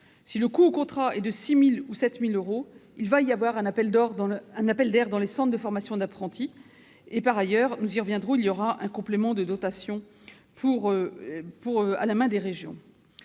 Si le coût au contrat est de 6 000 euros ou 7 000 euros, il va y avoir un appel d'air dans les centres de formation d'apprentis. Nous y reviendrons, il existera par ailleurs un complément de dotation à la main des régions.